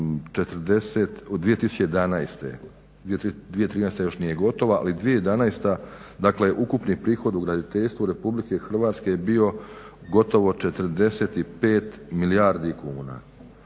sa 2011., 2013. još nije gotova ali 2011., dakle ukupni prihod u graditeljstvu Republike Hrvatske je bio gotovo 45 milijardi kuna.